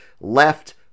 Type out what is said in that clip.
left